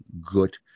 good